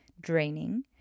draining